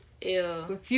Ew